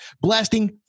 blasting